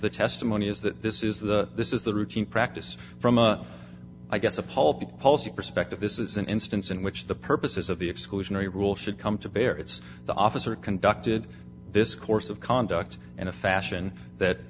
the testimony is that this is the this is the routine practice from a i guess a pulp policy perspective this is an instance in which the purposes of the exclusionary rule should come to bear it's the officer conducted this course of conduct in a fashion that